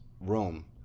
Rome